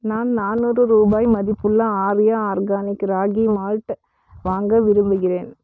நான் நானூறு ரூபாய் மதிப்புள்ள ஆர்யா ஆர்கானிக் ராகி மால்ட் வாங்க விரும்புகிறேன்